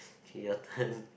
okay your turn